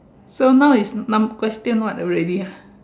so now is num~ question what already ah